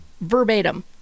verbatim